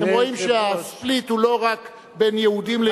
אתם רואים שה"ספליט" הוא לא רק בין יהודים ליהודים,